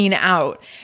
out